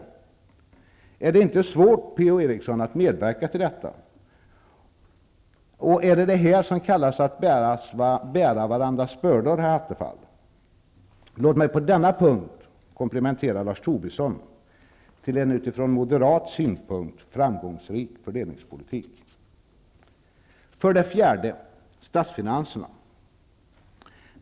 Är det inte svårt, Per-Ola Eriksson, att medverka till detta? Är det detta som kallas att bära varandras bördor, herr Attefall? Låt mig på denna punkt komplimentera Lars Tobisson till, en utifrån moderat synpunkt, framgångsrik fördelningspolitik. För det fjärde gäller det statsfinanserna.